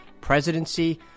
presidency